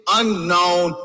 unknown